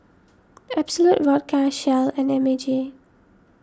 Absolut Vodka Shell and M A G